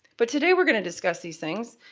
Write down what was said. but today we're going to discuss these things,